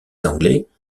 anglais